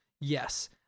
Yes